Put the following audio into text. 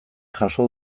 jaso